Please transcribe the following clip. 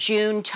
June